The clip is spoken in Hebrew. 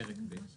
פרק ב'.